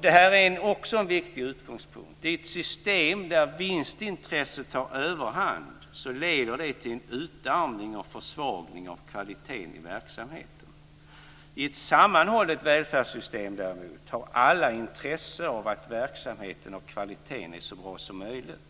Det är också en viktig utgångspunkt. Ett system där vinstintresset tar överhand leder till en utarmning och försvagning av kvaliteten i verksamheten. I ett sammanhållet välfärdssystem har alla intresse av att verksamheten och kvaliteten är så bra som möjligt.